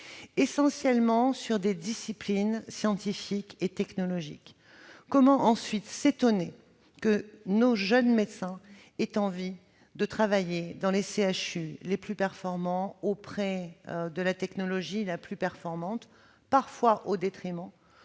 essentiellement sur des disciplines scientifiques et technologiques. Dès lors, il ne faut pas s'étonner que nos jeunes médecins aient envie de travailler dans les CHU les plus performants avec de la technologie de pointe, au détriment